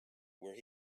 where